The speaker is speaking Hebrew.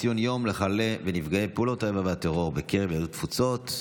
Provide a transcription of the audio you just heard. ציון יום לחללי ונפגעי פעולות האיבה והטרור בקרב יהדות התפוצות.